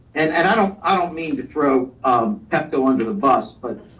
and and i don't ah don't mean to throw a pepco under the bus, but